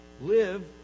Live